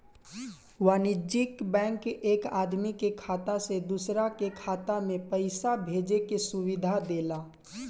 वाणिज्यिक बैंक एक आदमी के खाता से दूसरा के खाता में पईसा भेजे के सुविधा देला